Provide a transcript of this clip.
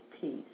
peace